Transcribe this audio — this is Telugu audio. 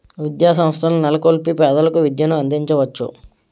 విద్యాసంస్థల నెలకొల్పి పేదలకు విద్యను అందించవచ్చు